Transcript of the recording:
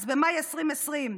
אז במאי 2020: